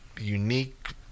unique